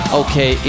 okay